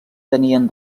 tenien